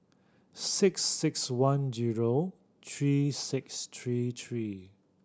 six six one zero three six three three